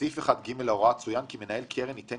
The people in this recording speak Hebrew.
בסעיף 1ג להוראה צוין כי "מנהל קרן ייתן